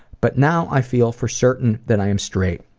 but now i feel for certain that i am straight.